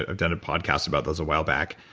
ah i've done a podcast about those a while back.